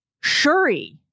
Shuri